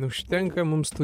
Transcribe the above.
užtenka mums tų